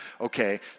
okay